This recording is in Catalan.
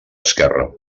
esquerra